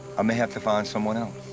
i may have to find someone else.